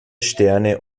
sterne